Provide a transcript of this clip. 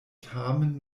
tamen